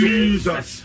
Jesus